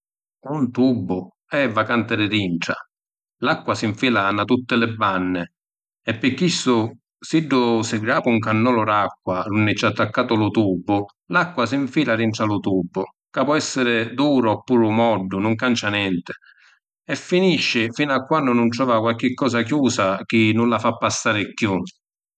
Un tubu è vacanti di dintra. L’acqua s’infila nna tutti li banni e pi chistu siddu si grapi un cannolu d’acqua d’unni c’è attaccatu lu tubu, l’acqua s’infila dintra lu tubu, ca po’ essiri duru oppuru moddu nun cancia nenti, e finisci finu a quannu nun trova quarchi cosa chiusa chi nun la fa passari chiù.